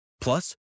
Plus